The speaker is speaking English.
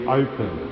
open